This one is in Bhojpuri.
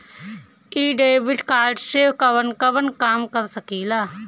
इ डेबिट कार्ड से कवन कवन काम कर सकिला?